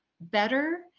better